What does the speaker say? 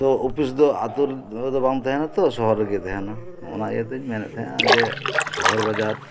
ᱛᱳ office ᱫᱚ ᱟᱹᱛᱩ ᱨᱮᱫᱚ ᱵᱟᱝ ᱛᱟᱦᱮᱱᱟᱛᱳ ᱥᱚᱦᱚᱨ ᱨᱮᱜᱮ ᱛᱟᱦᱮᱱᱟ ᱚᱱᱟ ᱤᱭᱟᱹ ᱛᱤᱧ ᱢᱮᱱᱮᱫ ᱛᱟᱦᱮᱱᱟ ᱡᱮ ᱥᱚᱦᱚᱨ ᱵᱟᱡᱟᱨ